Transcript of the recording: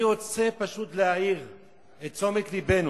אני רוצה פשוט להעיר את תשומת לבנו.